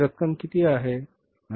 ही रक्कम किती आहे